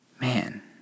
Man